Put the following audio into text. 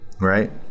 right